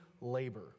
labor